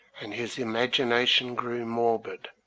and his imagination grew morbid,